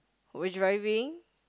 was driving